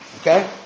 okay